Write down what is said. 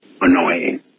annoying